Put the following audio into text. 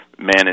manage